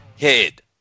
head